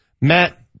Matt